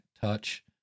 touch